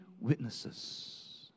witnesses